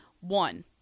one